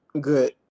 Good